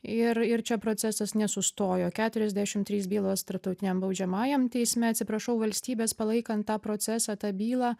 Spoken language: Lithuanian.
ir ir čia procesas nesustojo keturiasdešim trys bylos tarptautiniam baudžiamajam teisme atsiprašau valstybės palaikant tą procesą tą bylą